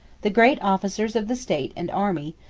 the great officers of the state and army,